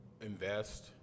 invest